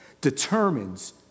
determines